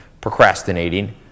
procrastinating